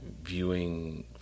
viewing